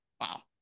wow